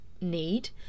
need